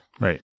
Right